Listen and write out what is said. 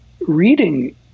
reading